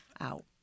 out